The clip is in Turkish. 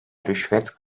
rüşvet